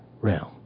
realm